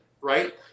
right